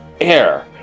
air